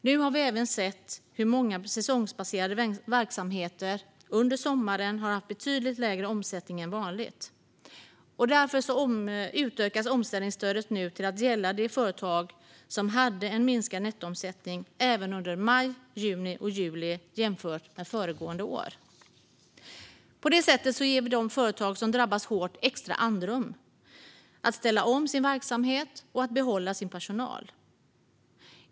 Nu har vi även sett att många säsongsbaserade verksamheter under sommaren har haft betydligt lägre omsättning än vanligt. Därför utökas omställningsstödet nu till att gälla de företag som hade en minskad nettoomsättning även under maj, juni och juli jämfört med föregående år. På det sättet ger vi de företag som har drabbats hårt extra andrum för att kunna ställa om sin verksamhet och behålla sin personal.